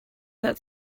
that